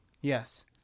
Yes